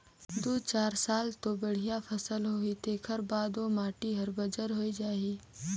दू चार साल तो बड़िया फसल होही तेखर बाद ओ माटी हर बंजर होए जाही